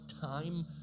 time